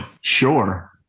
sure